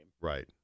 Right